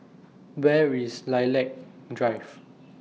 Where IS Lilac Drive